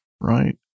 right